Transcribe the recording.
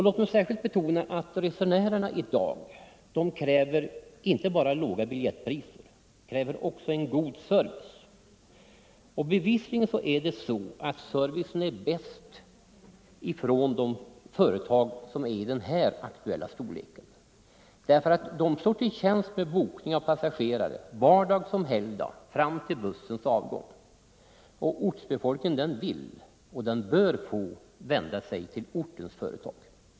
Låt mig särskilt betona att resenärerna i dag kräver inte bara låga biljettpriser utan också en god service. Bevisligen är servicen bäst hos företag i den här aktuella storleken — de står till tjänst med bokning vardag som helgdag fram till bussens avgång. Och ortsbefolkningen vill och bör få vända sig till ortens företag.